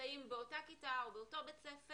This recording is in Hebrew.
שנמצאים באותה כיתה או באותו בית ספר,